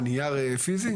מה, נייר פיזי?